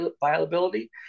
viability